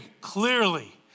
clearly